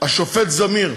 השופט זמיר,